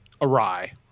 awry